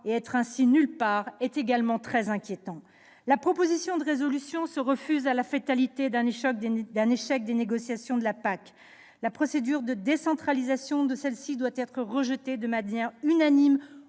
et être ainsi nulle part, c'est très inquiétant. Les auteurs de la proposition de résolution se refusent à la fatalité d'un échec des négociations de la PAC. La procédure de décentralisation de cette politique doit être rejetée de manière unanime,